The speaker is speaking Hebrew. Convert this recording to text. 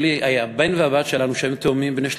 הבן והבת שלנו, שהם תאומים בני 13,